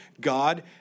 God